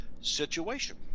situation